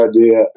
idea